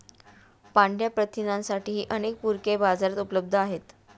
पांढया प्रथिनांसाठीही अनेक पूरके बाजारात उपलब्ध आहेत